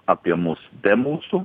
apie mus be mūsų